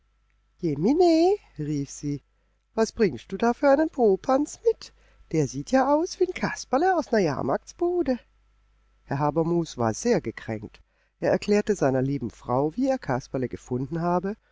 rief sie was bringst du da für einen popanz mit der sieht ja aus wie n kasperle aus ner jahrmarktsbude herr habermus war sehr gekränkt er erklärte seiner lieben frau wie er kasperle gefunden habe